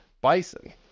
bison